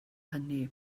hynny